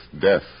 death